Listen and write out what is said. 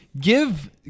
Give